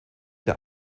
der